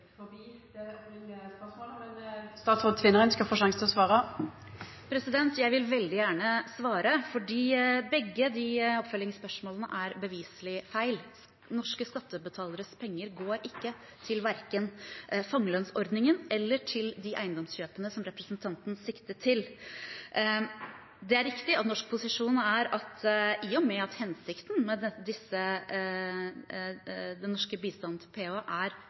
det som var det opphavlege spørsmålet, men statsråden skal få sjansen til å svara. Jeg vil veldig gjerne svare, for oppfølgingsspørsmålet er beviselig feil. Norske skattebetaleres penger går ikke til verken fangelønnsordningen eller til de eiendomskjøpene som representanten sikter til. Det er riktig at norsk posisjon er at i og med at hensikten med den norske bistanden til PA er